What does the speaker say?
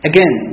Again